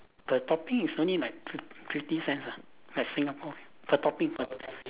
per topping is only like fif~ fifty cents ah like Singapore per topping per top~